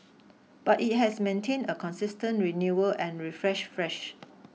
but it has maintained a consistent renewal and refresh fresh